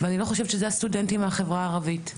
ואני לא חושבת שזה הסטודנטים מהחברה הערבית.